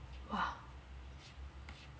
!wah!